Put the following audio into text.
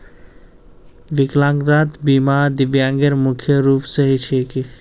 विकलांगता बीमा दिव्यांगेर मुख्य रूप स छिके